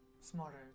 smarter